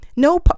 No